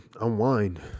unwind